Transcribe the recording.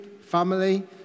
family